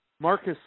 Marcus